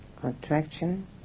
contraction